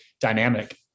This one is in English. dynamic